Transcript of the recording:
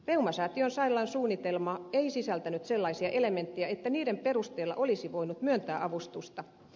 reumasäätiön sairaalan suunnitelma ei sisältänyt sellaisia elementtejä että niiden perusteella olisi voinut myöntää avustusta